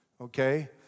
Okay